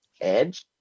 edge